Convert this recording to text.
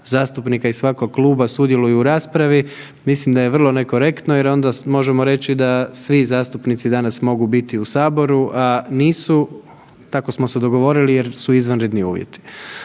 zastupnika iz svakog kluba sudjeluju u raspravi, mislim da je vrlo nekorektno jer onda možemo reći da svi zastupnici danas mogu biti u saboru, a nisu, tako smo se dogovorili jer su izvanredni uvjeti.